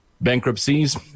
bankruptcies